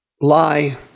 lie